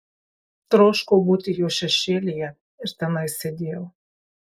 troškau būti jo šešėlyje ir tenai sėdėjau